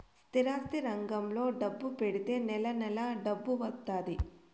స్థిరాస్తి రంగంలో డబ్బు పెడితే నెల నెలా డబ్బు వత్తాది